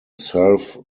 self